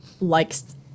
likes